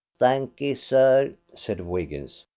thanky sir, said wiggins.